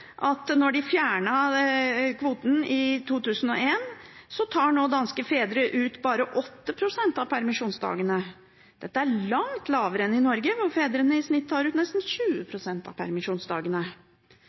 at etter at de fjernet kvoten i 2001, tar nå danske fedre ut bare 8 pst. av permisjonsdagene. Dette er langt lavere enn i Norge, hvor fedrene i snitt tar ut nesten 20